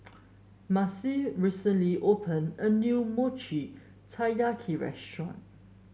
Marcie recently opened a new Mochi Taiyaki restaurant